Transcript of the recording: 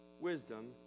Wisdom